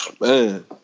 Man